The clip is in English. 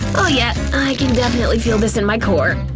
oh yeah, i can definitely feel this in my core.